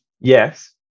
Yes